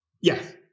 Yes